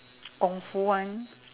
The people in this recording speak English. kungfu one